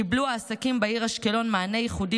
קיבלו העסקים בעיר אשקלון מענה ייחודי